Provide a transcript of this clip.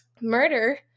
murder